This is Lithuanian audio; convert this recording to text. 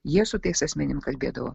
jie su tais asmenim kalbėdavo